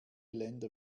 länder